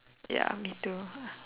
ya me too